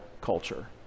culture